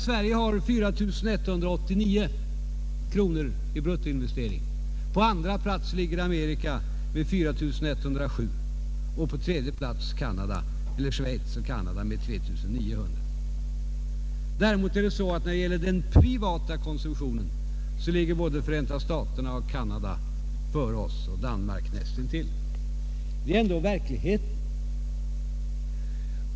Sverige har 4 189 kronor i bruttoinvestering per invånare. På andra plats ligger Amerika med 4 107 och på tredje plats Schweiz och Canada med 3 900. När det gäller den privata konsumtionen däremot ligger både Förenta staterna och Canada före oss och Danmark näst intill. Detta är verkligheten.